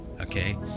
Okay